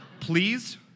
Please